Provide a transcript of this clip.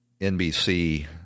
NBC